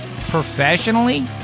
professionally